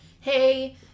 hey